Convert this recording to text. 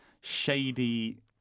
shady